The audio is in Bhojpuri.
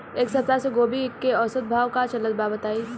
एक सप्ताह से गोभी के औसत भाव का चलत बा बताई?